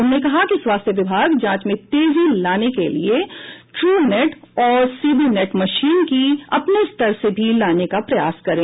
उन्होंने कहा कि स्वास्थ्य विभाग जांच में तेजी लाने के लिए ट्रू नेट और सीबी नेट मशीन की अपने स्तर से भी लाने का प्रयास करें